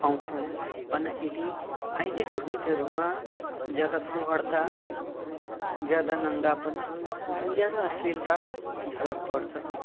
पाउँथ्यौँ भन्दाखेरि अहिलेको गीतहरूमा ज्यादा फोहोरता ज्यादा नाङ्गापन अनि ज्यादा अश्लीलता झलक पर्छ